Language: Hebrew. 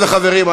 זה ההסכמות.